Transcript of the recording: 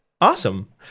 Awesome